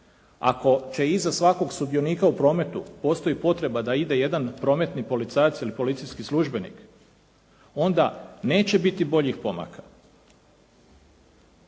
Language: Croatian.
ako će iza svakog sudionika u prometu postoji potreba da ide jedan prometni policajac ili policijski službenik, onda neće biti boljih pomaka.